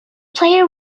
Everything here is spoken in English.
player